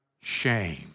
shame